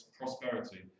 prosperity